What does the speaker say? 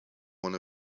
one